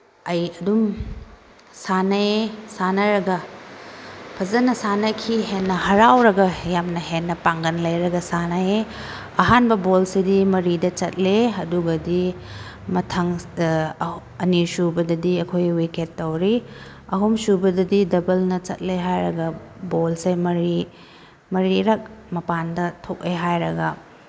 ꯑꯩ ꯑꯗꯨꯝ ꯁꯥꯟꯅꯩꯌꯦ ꯁꯥꯟꯅꯔꯒ ꯐꯖꯅ ꯁꯥꯟꯅꯈꯤ ꯍꯦꯟꯅ ꯍꯔꯥꯎꯔꯒ ꯌꯥꯝꯅ ꯍꯦꯟꯅ ꯄꯥꯡꯒꯟ ꯂꯩꯔꯒ ꯁꯥꯟꯅꯩꯌꯦ ꯑꯍꯥꯟꯕ ꯕꯣꯜꯁꯤꯗꯤ ꯃꯔꯤꯗ ꯆꯠꯂꯦ ꯑꯗꯨꯒꯗꯤ ꯃꯊꯪ ꯑꯅꯤꯁꯨꯕꯗꯗꯤ ꯑꯩꯈꯣꯏ ꯋꯤꯀꯦꯠ ꯇꯧꯔꯤ ꯑꯍꯨꯝꯁꯨꯕꯗꯗꯤ ꯗꯕꯜꯅ ꯆꯠꯂꯦ ꯍꯥꯏꯔꯒ ꯕꯣꯜꯁꯦ ꯃꯔꯤ ꯃꯔꯤꯔꯛ ꯃꯄꯥꯟꯗ ꯊꯣꯛꯑꯦ ꯍꯥꯏꯔꯒ